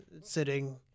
sitting